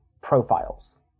Profiles